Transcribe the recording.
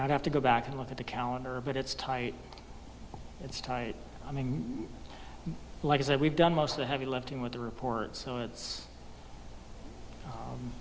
i'd have to go back and look at the calendar but it's tight it's tight i mean like i said we've done most of the heavy lifting with the report so it